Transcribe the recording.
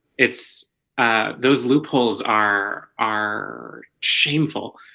it's those loopholes are are shameful,